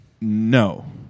No